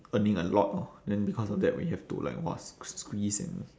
earning a lot lor then because of that we have to like !wah! squeeze and